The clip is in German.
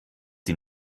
die